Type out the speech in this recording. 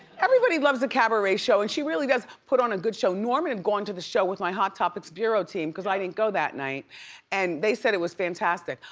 everybody loves a cabaret show and she really does put on a good show. norman had gone to the show with my hot topics bureau team cause i didn't go that night and they said it was fantastic.